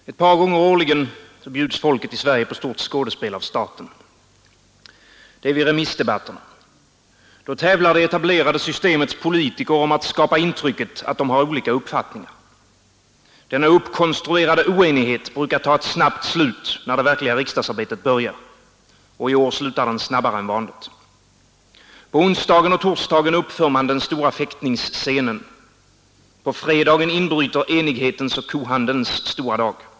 Herr talman! Ett par gånger årligen bjuds folket i Sverige på stort skådespel av staten. Det är vid remissdebatterna. Då tävlar det etablerade systemets politiker om att skapa intrycket att de har olika uppfattningar. Denna uppkonstruerade oenighet brukar ta ett snabbt slut när det verkliga riksdagsarbetet börjar. I år slutar den snabbare än vanligt. På onsdagen och torsdagen uppför man den stora fäktningsscenen. På fredagen inbryter enighetens och kohandelns stora dag.